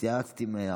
חבר הכנסת גלעד קריב.